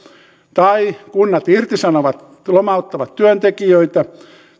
tai kunnat irtisanovat lomauttavat työntekijöitä